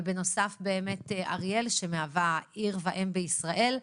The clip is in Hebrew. ובנוסף אריאל מהווה עיר ואם בישראל.